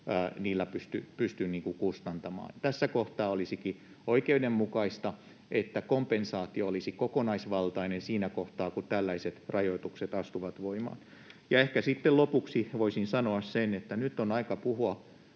laskuja kustantamaan. Tässä kohtaa olisikin oikeudenmukaista, että kompensaatio olisi kokonaisvaltainen siinä kohtaa, kun tällaiset rajoitukset astuvat voimaan. Ehkä sitten lopuksi voisin sanoa, että nyt on aika puhua